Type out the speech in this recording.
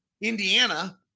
Indiana